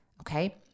Okay